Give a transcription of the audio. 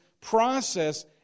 process